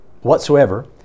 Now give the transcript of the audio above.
whatsoever